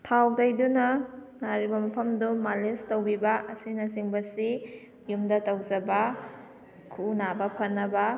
ꯊꯥꯎ ꯇꯩꯗꯨꯅ ꯅꯥꯔꯤꯕ ꯃꯐꯝꯗꯣ ꯃꯥꯂꯤꯁ ꯇꯧꯕꯤꯕ ꯑꯁꯤꯅ ꯆꯤꯡꯕꯁꯤ ꯌꯨꯝꯗ ꯇꯧꯖꯕ ꯈꯨꯎ ꯅꯥꯕ ꯐꯅꯕ